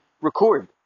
record